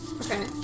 Okay